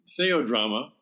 Theodrama